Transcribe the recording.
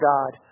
God